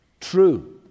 True—